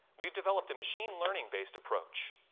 we've developed a machine learning-based approach.